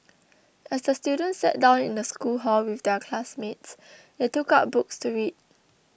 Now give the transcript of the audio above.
as the students sat down in the school hall with their classmates they took out books to read